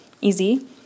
easy